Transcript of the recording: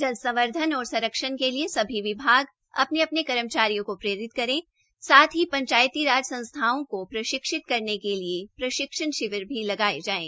जल संवर्धन और संरक्षण के लिए सभी विभाग अपने अपने कर्मचारियों को प्रेरित करें साथ ही पंचायती राज संस्थाओं को प्रशिक्षित करने के लिए प्रशिक्षण शिविर भी लगाए जायें